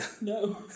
No